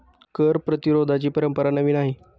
कर प्रतिरोधाची परंपरा नवी नाही